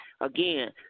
again